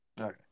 Okay